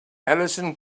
alison